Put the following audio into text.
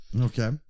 Okay